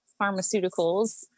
pharmaceuticals